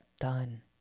Done